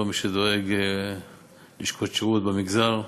בתור מי שדואג ללשכות שירות במגזר,